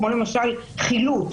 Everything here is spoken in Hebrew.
כמו למשל חילוט,